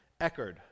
Eckerd